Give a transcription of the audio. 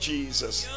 Jesus